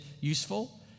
useful